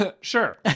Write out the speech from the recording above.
Sure